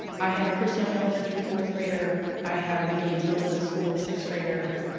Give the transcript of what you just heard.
i have a chris yung elementary fourth grader. i have a gainesville middle school sixth grader.